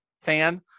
fan